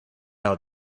out